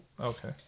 Okay